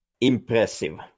impressive